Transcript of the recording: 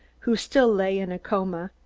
who still lay in a coma,